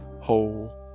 whole